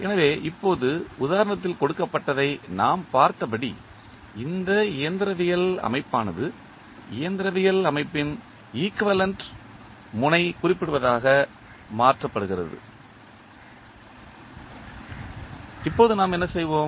எனவே இப்போது உதாரணத்தில் கொடுக்கப்பட்டதை நாம் பார்த்தபடி இந்த இயந்திரவியல் அமைப்பானது இயந்திரவியல் அமைப்பின் ஈக்குவேலண்ட் முனை குறிப்பிடுவதாக மாற்றப்படுகிறது இப்போது நாம் என்ன செய்வோம்